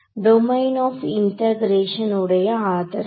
domain of integration உடைய ஆதரவு